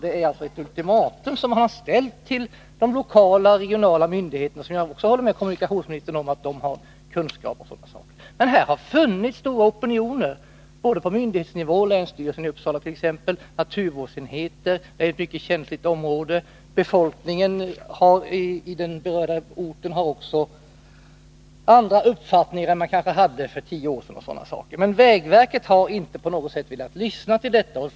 Det är alltså ett ultimatum som har ställts till de lokala och regionala myndigheterna, som ju också — det håller jag med kommunikationsministern om — har kunskaper om sådana här saker. Men i detta sammanhang har det funnits opinioner även på myndighetsnivå — det gäller ju ett mycket känsligt område. Också befolkningen på den berörda orten har andra uppfattningar än den kanske hade för tio år sedan etc. Men vägverket har inte på något sätt velat lyssna.